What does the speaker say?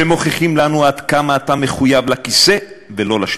שמוכיחים לנו עד כמה אתה מחויב לכיסא ולא לשליחות.